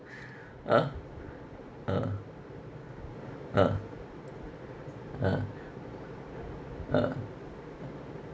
ah uh uh uh uh